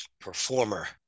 performer